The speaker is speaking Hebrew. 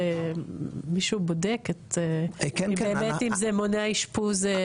מישהו בודק אם באמת זה מונע אשפוז?